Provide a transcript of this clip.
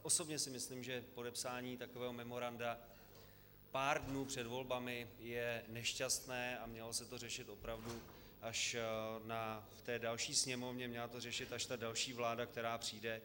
Osobně si myslím, že podepsání takového memoranda pár dnů před volbami je nešťastné a mělo se to řešit opravdu až v další Sněmovně, měla to řešit až další vláda, která přijde.